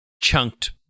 chunked